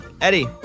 Eddie